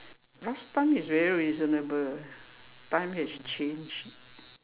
last time is very reasonable time has changed